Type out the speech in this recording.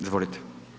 Izvolite.